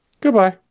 Goodbye